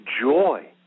joy